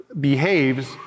behaves